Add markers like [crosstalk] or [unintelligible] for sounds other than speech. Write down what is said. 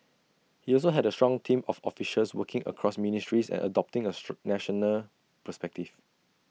he also had A strong team of officials working across ministries and adopting A [unintelligible] national perspective